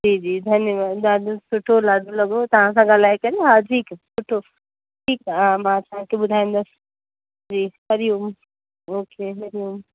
जी जी धन्यवाद ॾाढो सुठो ॾाढो लॻो तव्हां सां ॻाल्हाए करे हा ठीकु सुठो ठीकु आहे हा मां तव्हांखे ॿुधाईंदसि जी हरिओम ओके हरिओम